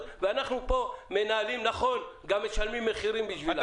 ואנחנו פה מנהלים ומשלמים מחירים עבורם.